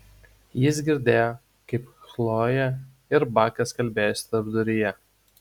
jis girdėjo kaip chlojė ir bakas kalbėjosi tarpduryje